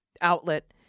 outlet